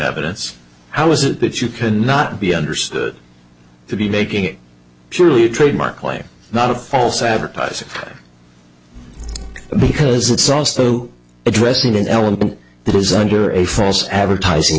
evidence how is it that you cannot be understood to be making it surely a trademark claim not a false advertising because it's also addressing an element that is under a false advertising